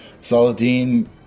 Saladin